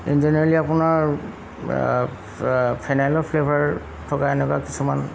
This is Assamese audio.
ইন জেনেৰেলি আপোনাৰ ফেনাইলৰ ফ্লেভাৰ থকা এনেকুৱা কিছুমান